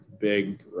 big